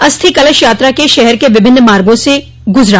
अस्थि कलश यात्रा के शहर के विभिन्न मार्गो से गुजरा